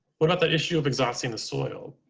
what about the issue of exhausting the soil?